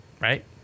right